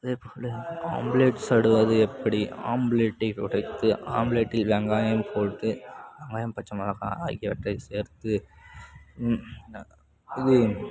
அதே போல் ஆம்ப்லேட் சுடுவது எப்படி ஆம்ப்லேட்டை உடைத்து ஆம்ப்லேட்டில் வெங்காயம் போட்டு வெங்காயம் பச்சை மிளகாய் ஆகியவற்றை சேர்த்து